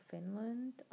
Finland